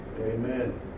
Amen